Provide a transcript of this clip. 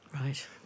Right